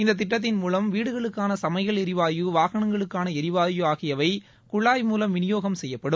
இந்த திட்டத்தின் மூலம் வீடுகளுக்கான சமையல் எரிவாயு வாகனங்களுக்கான ளரிவாயு ஆகியவை குழாய் மூலம் விநியோகம் செய்யப்படும்